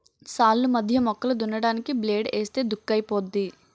సాల్లు మధ్య మొక్కలు దున్నడానికి బ్లేడ్ ఏస్తే దుక్కైపోద్ది